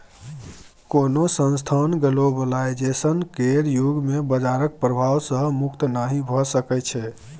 कोनो संस्थान ग्लोबलाइजेशन केर युग मे बजारक प्रभाव सँ मुक्त नहि भऽ सकै छै